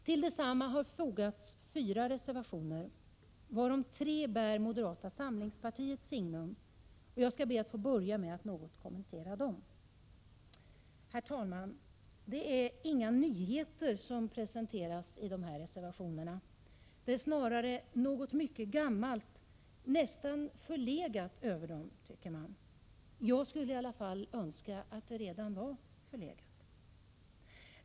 Till detsamma har fogats fyra reservationer, varav tre bär moderata samlingspartiets signum, och jag skall be att få börja med att något kommentera dem. Herr talman! Det är inga nyheter som presenteras i dessa reservationer. Det är snarare något mycket gammalt och nästan förlegat över dem, tycker man. Jag skulle i alla fall önska att det var det.